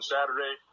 Saturday